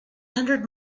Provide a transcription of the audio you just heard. hundred